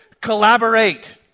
Collaborate